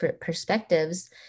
perspectives